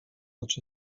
znaczy